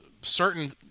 certain